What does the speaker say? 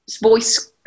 voice-